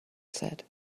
said